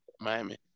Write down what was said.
Miami